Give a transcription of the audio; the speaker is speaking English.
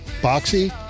Boxy